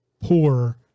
poor